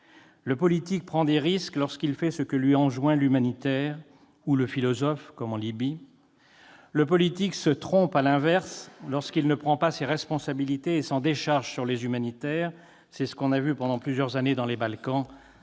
Le politique prend des risques lorsqu'il fait ce que lui enjoint l'humanitaire- ou le philosophe, comme en Libye. Le politique se trompe, à l'inverse, lorsqu'il ne prend pas ses responsabilités et s'en décharge sur les humanitaires : c'est ce qu'on a vu pendant plusieurs années dans les Balkans